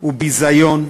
הוא ביזיון,